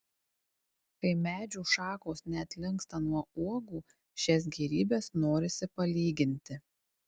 kai medžių šakos net linksta nuo uogų šias gėrybes norisi palyginti